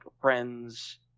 friends